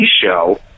show